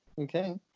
Okay